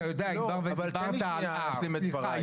סליחה,